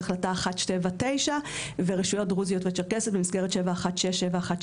ההולכה ועל הסיפור של פתרונות האגירה,